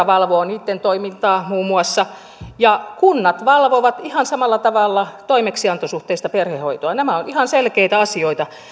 valvoo valvira muun muassa ja kunnat valvovat ihan samalla tavalla toimeksiantosuhteista perhehoitoa nämä ovat ihan selkeitä asioita